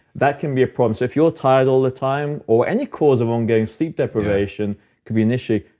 that can be a problem. so if you're tired all the time or any cause of ongoing sleep deprivation could be an issue.